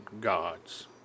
gods